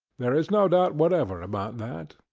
there is no doubt whatever about that.